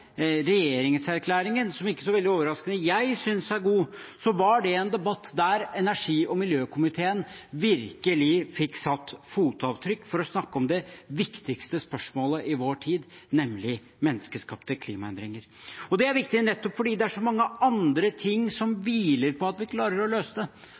regjeringserklæringen – som jeg ikke så veldig overraskende synes er god – var det en debatt der energi- og miljøkomiteen virkelig fikk satt fotavtrykk ved å snakke om det viktigste spørsmålet i vår tid, nemlig menneskeskapte klimaendringer. Det er viktig nettopp fordi det er så mange andre ting som hviler på at vi klarer å løse det.